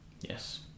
Yes